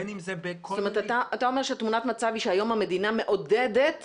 אתה אומר שתמונת המצב היא שהיום המדינה מעודדת